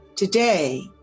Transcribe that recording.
Today